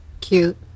Cute